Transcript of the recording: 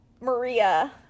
Maria